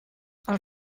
els